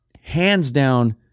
hands-down